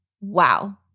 wow